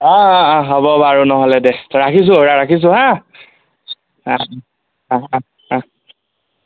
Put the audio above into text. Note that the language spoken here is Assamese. অঁ অঁ অঁ হ'ব বাৰু নহ'লে দে ৰাখিছোঁ এৰা ৰাখিছোঁ হা অঁ অঁ অঁ অঁ